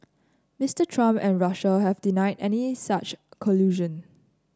Mister Trump and Russia have denied any such collusion